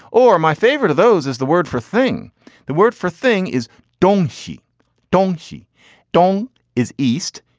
or my favourite of those is the word for thing the word for thing is don't she don't she don't is east.